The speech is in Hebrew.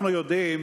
אנחנו יודעים